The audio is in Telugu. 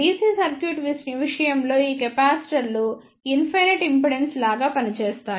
DC సర్క్యూట్ విషయంలో ఈ కెపాసిటర్లు ఇన్ఫైనైట్ ఇంపెడెన్స్ లాగా పనిచేస్తాయి